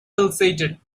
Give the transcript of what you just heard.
pulsated